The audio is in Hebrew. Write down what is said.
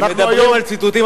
אם מדברים על ציטוטים,